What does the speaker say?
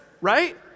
right